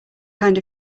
kind